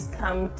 come